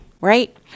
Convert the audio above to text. right